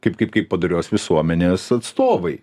kaip kaip kaip padorios visuomenės atstovai